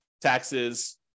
taxes